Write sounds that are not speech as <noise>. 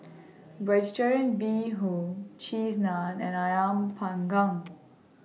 <noise> Vegetarian Bee Hoon Cheese Naan and Ayam Panggang